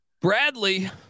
Bradley